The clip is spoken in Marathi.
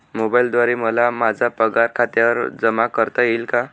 मोबाईलद्वारे मला माझा पगार खात्यावर जमा करता येईल का?